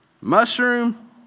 mushroom